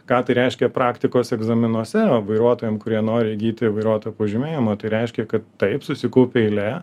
ką tai reiškia praktikos egzaminuose vairuotojam kurie nori įgyti vairuotojo pažymėjimo tai reiškia kad taip susikaupia eilė